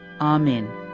Amen